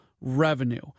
revenue